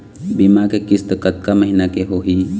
बीमा के किस्त कतका महीना के होही?